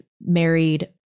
married